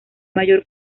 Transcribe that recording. mayor